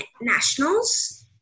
nationals